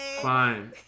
Fine